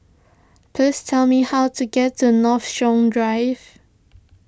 please tell me how to get to Northshore Drive